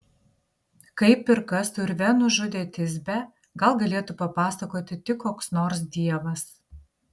kaip ir kas urve nužudė tisbę gal galėtų papasakoti tik koks nors dievas